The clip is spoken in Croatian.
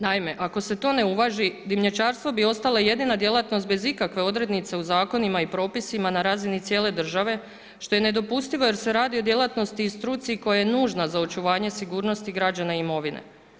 Naime, ako se to ne uvaži, dimnjačarstvo bi ostalo jedina djelatnost bez ikakve odrednice u zakonima i propisima na razini cijele države što je nedopustivo jer se radi o djelatnosti i struci koja je nužna za očuvanje sigurnosti građana i imovine.